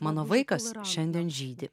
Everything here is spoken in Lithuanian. mano vaikas šiandien žydi